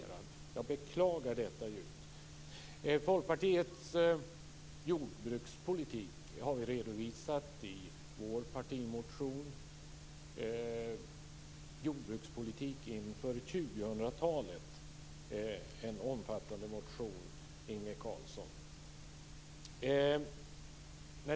Vi har redovisat Folkpartiets jordbrukspolitik i vår partimotion Jordbrukspolitik inför 2000-talet. Det är en omfattande motion, Inge Carlsson.